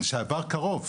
עבר קרוב,